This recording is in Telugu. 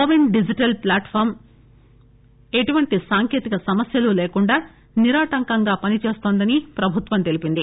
కోవిన్ డిజిటల్ ప్లాట్ ఫామ్ ఎటువంటి సాంకేతిక సమస్యలు లేకుండా నిరాటంకంగా పని చేస్తున్న దని ప్రభుత్వం తెలిపింది